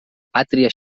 pàtria